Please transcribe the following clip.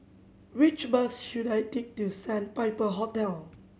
which bus should I take to Sandpiper Hotel